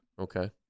Okay